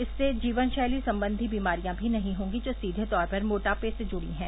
इससे जीवन शैली संबंधी बीमारियां भी नहीं होंगी जो सीघे तौर पर मोटापे से जुड़ी हैं